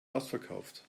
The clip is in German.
ausverkauft